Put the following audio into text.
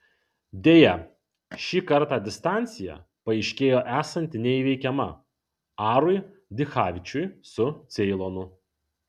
deja šį kartą distancija paaiškėjo esanti neįveikiama arui dichavičiui su ceilonu